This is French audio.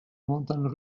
montagnes